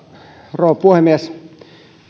rouva puhemies